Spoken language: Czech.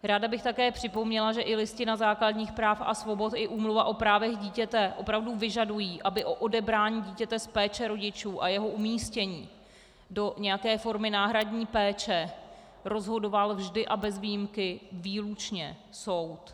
Ráda bych také připomněla, že Listina základních práv a svobod i Úmluva o právech dítěte opravdu vyžadují, aby o odebrání dítěte z péče rodičů a jeho umístění do nějaké formy náhradní péče rozhodoval vždy a bez výjimky výlučně soud.